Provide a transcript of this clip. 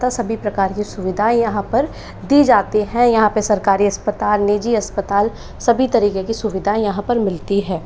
सभी प्रकार की सुविधाएँ यहाँ पर दी जाती हैं यहाँ पर सरकारी अस्पताल निजी अस्पताल सभी तरीके की सुविधाएँ यहाँ पर मिलती है